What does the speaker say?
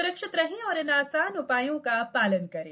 स्रक्षित रहें और इन आसान उपायों का पालन करें